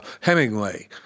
Hemingway